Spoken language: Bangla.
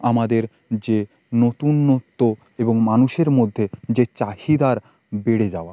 আমাদের যে নতুনত্ব এবং মানুষের মধ্যে যে চাহিদার বেড়ে যাওয়া